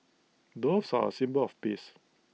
doves are A symbol of peace